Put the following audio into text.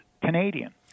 Canadian